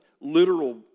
literal